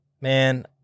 man